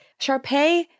Sharpay